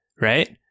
right